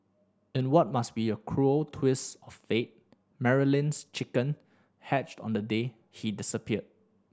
in what must be a cruel twist of fate Marilyn's chick hatched on the day he disappeared